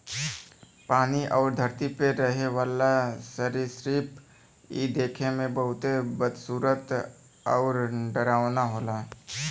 पानी आउर धरती पे रहे वाला सरीसृप इ देखे में बहुते बदसूरत आउर डरावना होला